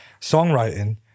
Songwriting